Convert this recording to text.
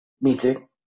meeting